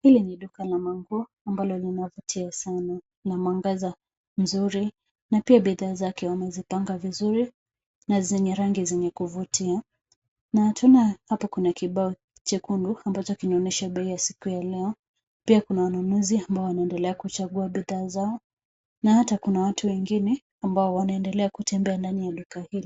Hili ni duka la manguo ambalo linavutia sana na mwangaza mzuri na pia bidhaa zake wamezipanga vizuri na zenye rangi zenye kuvutia na twaona hapa kuna kibao chekundu ambacho kinachoonyesha bei siku ya leo. Pia kuna wanunuzi ambao wanaendelea kuchagua bidhaa zao na hata kuna watu wengine ambao wanaendelea kutembea ndani ya duka hili.